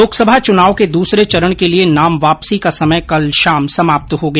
लोकसभा चुनाव के दूसरे चरण के लिए नाम वापसी का समय कल शाम समाप्त हो गया